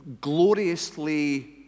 gloriously